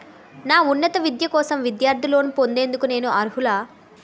నా ఉన్నత విద్య కోసం విద్యార్థి లోన్ పొందేందుకు నేను అర్హులా?